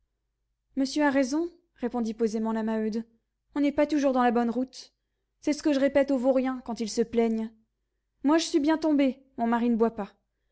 monsieur a raison répondit posément la maheude on n'est pas toujours dans la bonne route c'est ce que je répète aux vauriens quand ils se plaignent moi je suis bien tombée mon mari ne boit pas